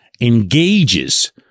engages